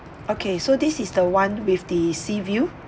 okay so this is the one with the sea view